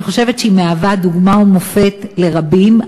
אני חושבת שהיא דוגמה ומופת לרבים,